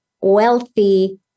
wealthy